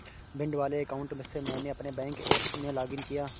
भिंड वाले अकाउंट से मैंने अपने बैंक ऐप में लॉग इन किया